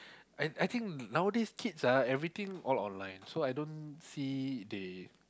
I I think nowadays kids ah everything all online so I don't see they